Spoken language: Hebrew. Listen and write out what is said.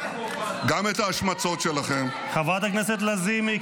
גם ההשמצות שלכם -- חברת הכנסת לזימי,